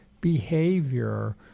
behavior